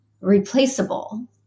replaceable